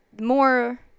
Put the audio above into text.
more